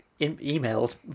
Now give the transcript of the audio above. emails